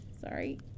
Sorry